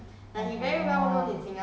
uh the game